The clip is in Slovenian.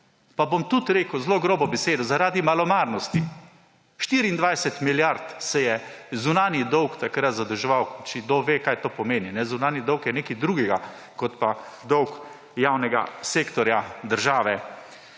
Pa bom tudi rekel zelo grobo besedo ‒ zaradi malomarnosti! 24 milijard se je zunanji dolg takrat zadolževal ‒ če kdo ve, kaj to pomeni. Zunanji dolg je nekaj drugega kot pa dolg javnega sektorja države